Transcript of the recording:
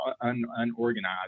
unorganized